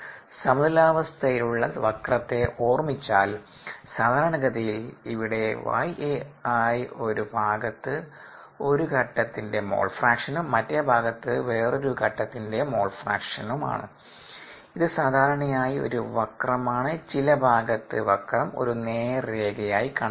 സമതുലിതാവസ്ഥയിലുള്ള വക്രത്തെ ഓർമിച്ചാൽ സാധാരണഗതിയിൽ ഇവിടെ yAi ഒരു ഭാഗത്ത് ഒരു ഘട്ടത്തിന്റെ മോൾ ഫ്രാക്ഷനും മറ്റേ ഭാഗത്ത് വേറൊരു ഘട്ടത്തിന്റെ മോൾ ഫ്രാക്ഷനും ആണ് ഇത് സാധാരണയായി ഒരു വക്രമാണ് ചില ഭാഗത്ത് വക്രം ഒരു നേർരേഖയായി കണക്കാക്കാം